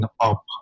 up